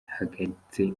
cyahagaritse